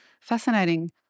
Fascinating